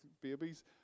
babies